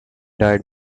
died